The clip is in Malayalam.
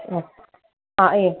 ആ ആ